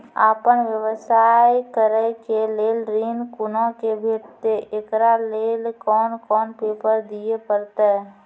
आपन व्यवसाय करै के लेल ऋण कुना के भेंटते एकरा लेल कौन कौन पेपर दिए परतै?